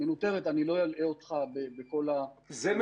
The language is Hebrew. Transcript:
מנוטרת אני לא אלאה אותך בכל --- יוסי,